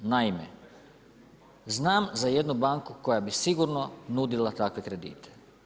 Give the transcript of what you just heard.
Naime, znam za jednu banku koja bi sigurno nudila takve kredite.